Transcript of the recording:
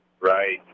Right